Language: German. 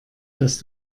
dass